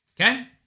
okay